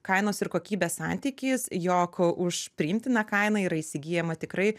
kainos ir kokybės santykis jog už priimtiną kainą yra įsigyjama tikrai